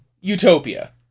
utopia